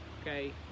okay